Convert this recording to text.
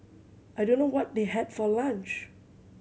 I don't know what they had for lunch